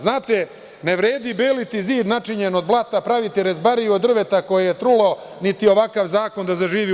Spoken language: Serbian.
Znate, ne vredi beliti zid načinjen od blata, praviti rezbariju od drveta koje je trulo niti ovakav zakon da zaživi u